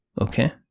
okay